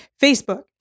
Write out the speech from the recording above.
Facebook